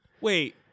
Wait